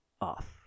off